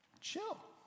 Chill